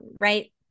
Right